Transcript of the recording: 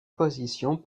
position